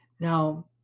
Now